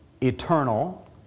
eternal